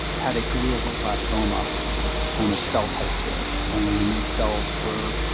had a glioblastoma kind of cell type to it. and these cells were